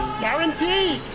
Guaranteed